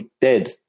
dead